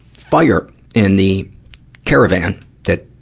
fire in the caravan that,